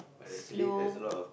slow